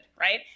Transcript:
right